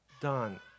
done